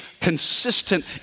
consistent